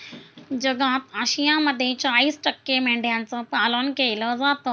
जगात आशियामध्ये चाळीस टक्के मेंढ्यांचं पालन केलं जातं